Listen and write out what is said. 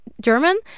German